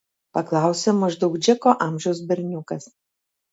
paklausė maždaug džeko amžiaus berniukas